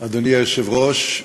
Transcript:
אדוני היושב-ראש,